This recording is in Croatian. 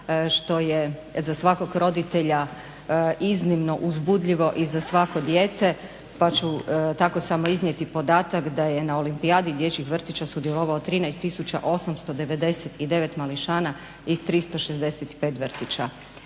što je za svakog roditelja iznimno uzbudljivo i za svako dijete pa ću tako samo iznijeti podatak da je na Olimpijadi dječjih vrtića sudjelovalo 13899 mališana iz 365 vrtića.